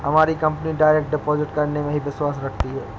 हमारी company direct deposit करने में ही विश्वास रखती है